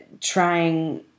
trying